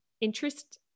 interest